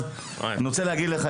אני רוצה להגיד לך,